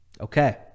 Okay